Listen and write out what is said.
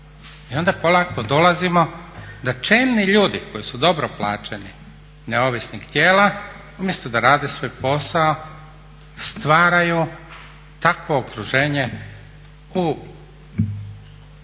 i onda polako dolazimo da čelni ljudi koji su dobro plaćeni neovisnih tijela umjesto da rade svoj posao stvaraju takvo okruženje u